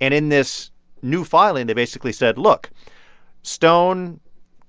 and in this new filing, they basically said, look stone